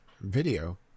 video